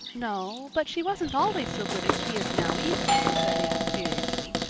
no but she wasn't always so good as she is now either, said anne seriously.